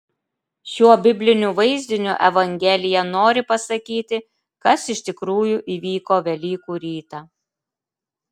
šiuo bibliniu vaizdiniu evangelija nori pasakyti kas iš tikrųjų įvyko velykų rytą